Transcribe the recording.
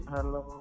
Hello